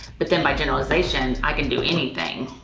but then by generalization, i can do anything.